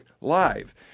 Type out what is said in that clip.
Live